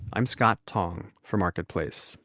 i'm scott tong for marketplace